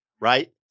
Right